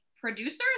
producers